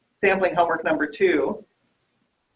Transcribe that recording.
sampling homework. number two.